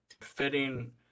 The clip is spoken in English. Fitting